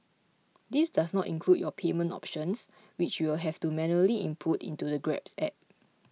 this does not include your payment options which you'll have to manually input into the Grab App